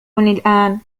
الآن